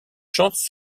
chance